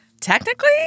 Technically